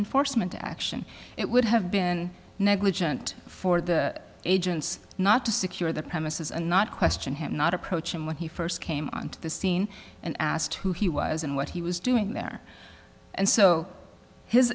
enforcement action it would have been negligent for the agents not to secure the premises and not question him not approach him when he first came on to the scene and asked who he was and what he was doing there and so his